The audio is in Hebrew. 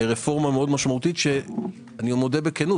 זו רפורמה משמעותית מאוד שאני מודה בכנות